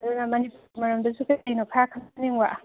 ꯑꯗꯨꯅ ꯃꯅꯤꯄꯨꯔꯒꯤ ꯃꯔꯝꯗꯁꯨ ꯀꯩꯀꯩꯅꯣ ꯈꯔ ꯈꯪꯖꯅꯤꯡꯕ